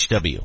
HW